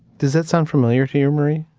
does that sound familiar to you, mary?